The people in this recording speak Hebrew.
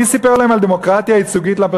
מי סיפר על דמוקרטיה ייצוגית?